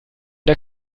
der